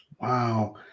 Wow